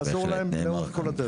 לעזור להם לאורך כל הדרך.